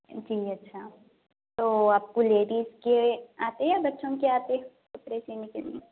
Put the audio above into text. جی اچھا تو آپ کو لیڈیز کی آتی ہے بچوں کی آتی ہے کپڑے سینے کے لئے